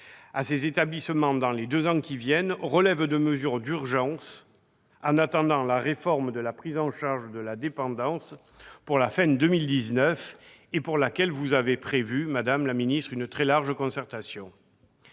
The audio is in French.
destinés aux EHPAD pour les deux ans qui viennent relèvent de mesures d'urgence, en attendant la réforme de la prise en charge de la dépendance à la fin de 2019, en vue de laquelle vous avez prévu, madame la ministre, une très large concertation.